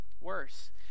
worse